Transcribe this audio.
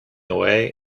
away